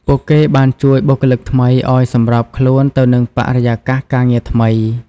ពួកគេបានជួយបុគ្គលិកថ្មីឱ្យសម្របខ្លួនទៅនឹងបរិយាកាសការងារថ្មី។